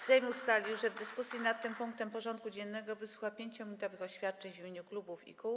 Sejm ustalił, że w dyskusji nad tym punktem porządku dziennego wysłucha 5-minutowych oświadczeń w imieniu klubów i kół.